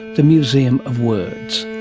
the museum of words.